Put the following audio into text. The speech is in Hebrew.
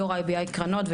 יו"ר IBI קרנות,